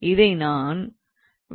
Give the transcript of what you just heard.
இதை நான் ∇⃗𝑓 ∇⃗𝑔 என்று எழுத முடியும்